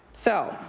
so,